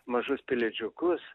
mažus pelėdžiukus